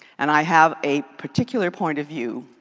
and i have a particular point of view.